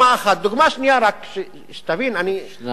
דוגמה שנייה, רק שתבין, אני, נא לסיים.